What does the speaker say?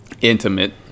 intimate